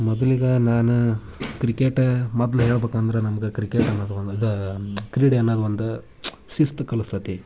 ಮೊದ್ಲಿಗೆ ನಾನು ಕ್ರಿಕೆಟೇ ಮೊದಲು ಹೇಳಬೇಕಂದ್ರೆ ನಮ್ಗೆ ಕ್ರಿಕೆಟ್ ಅನ್ನೋದು ಒಂದು ಇದು ಕ್ರೀಡೆ ಅನ್ನೊದು ಒಂದು ಶಿಸ್ತು ಕಲ್ಸ್ತತೆ